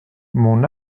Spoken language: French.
mon